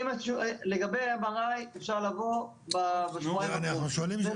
לגבי M.R.I. אפשר לבוא בשבועיים הקרובים --- אנחנו שואלים,